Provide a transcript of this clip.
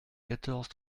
quatorze